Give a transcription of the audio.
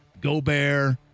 Gobert